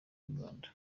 inyarwanda